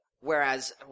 Whereas